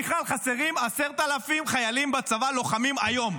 מיכל, חסרים 10,000 חיילים לוחמים בצבא היום,